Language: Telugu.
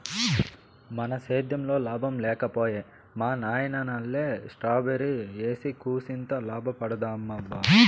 మన సేద్దెంలో లాభం లేక పోయే మా నాయనల్లె స్ట్రాబెర్రీ ఏసి కూసింత లాభపడదామబ్బా